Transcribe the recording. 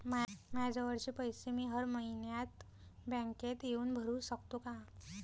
मायाजवळचे पैसे मी हर मइन्यात बँकेत येऊन भरू सकतो का?